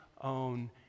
own